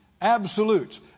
absolutes